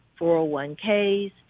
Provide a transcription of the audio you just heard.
401Ks